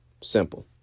Simple